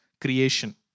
creation